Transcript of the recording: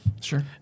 Sure